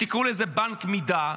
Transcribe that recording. תקראו לזה בנק מידה,